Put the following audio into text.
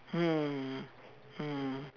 mm mm